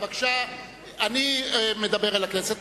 אני מדבר אל הכנסת.